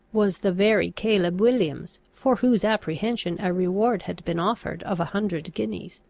was the very caleb williams for whose apprehension a reward had been offered of a hundred guineas